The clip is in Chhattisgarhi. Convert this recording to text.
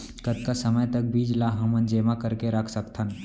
कतका समय तक बीज ला हमन जेमा करके रख सकथन?